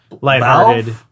lighthearted